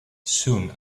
soon